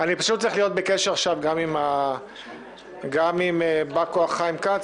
אני פשוט צריך להיות בקשר עם בא כוח חיים כץ